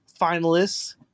finalists